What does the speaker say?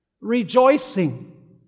Rejoicing